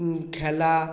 খেলা